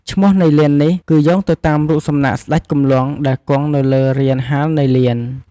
ឈ្មោះនៃលាននេះគឺយោងទៅតាមរូបសំណាក់ស្តេចគំលង់ដែលគង់នៅលើរានហាលនៃលាន។